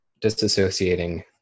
disassociating